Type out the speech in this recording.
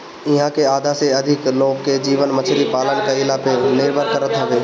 इहां के आधा से अधिका लोग के जीवन मछरी पालन कईला पे निर्भर करत हवे